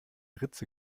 ritze